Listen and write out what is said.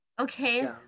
Okay